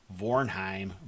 Vornheim